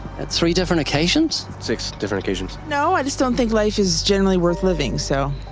and three different occasions? six different occasions. no, i just don't think life is generally worth living, so.